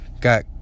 Got